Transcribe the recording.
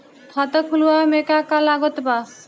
खाता खुलावे मे का का लागत बा?